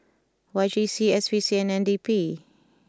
Y J C S P C and N D P